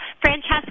Francesca